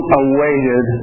awaited